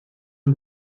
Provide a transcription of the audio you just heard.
und